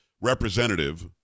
representative